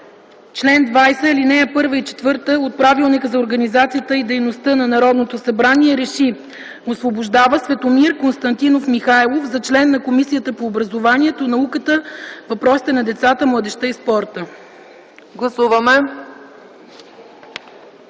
чл. 20, ал. 1 и ал. 4 от Правилника за организацията и дейността на Народното събрание реши: 1. Освобождава Светомир Константинов Михайлов за член на Комисията по образованието, науката и въпросите на децата, младежта и спорта.”